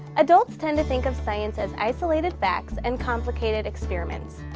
adults tend to think of science as isolated facts and complicated experiments.